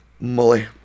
Molly